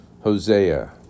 Hosea